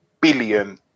billion